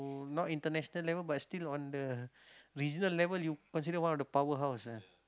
not international level but still on the regional level you considered one of the powerhouse ah